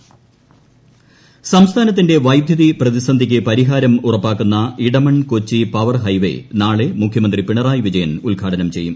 Edamon Kochi intro സംസ്ഥാനത്തിന്റെ വൈദ്യുതി പ്രതിസന്ധിക്ക് പരിഹാരം ഉറപ്പാക്കുന്ന ഇടമൺ കൊച്ചി പവർ ഹൈവേ നാളെ മുഖ്യമന്ത്രി പിണറായി വിജയൻ ഉദ്ഘാടനം ചെയ്യും